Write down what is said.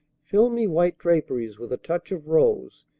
filmy white draperies with a touch of rose,